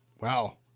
Wow